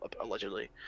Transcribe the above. allegedly